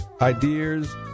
ideas